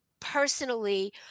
Personally